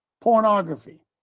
pornography